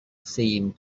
seemed